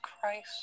Christ